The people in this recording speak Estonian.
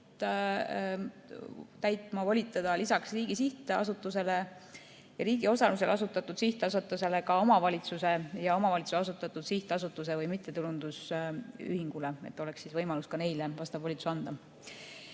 täitma volitada lisaks riigi sihtasutusele ja riigi osalusel asutatud sihtasutusele ka omavalitsuse ja omavalitsuse asutatud sihtasutuse või mittetulundusühingu, nii et oleks võimalik ka neile vastav volitus anda.